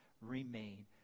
remain